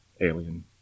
alien